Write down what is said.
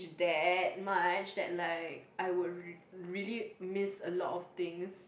that much that like I would really miss a lot of things